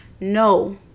No